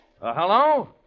hello